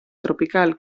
tropical